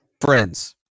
friends